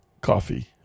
Coffee